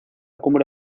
cumbre